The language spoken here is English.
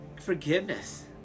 forgiveness